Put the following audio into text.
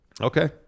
Okay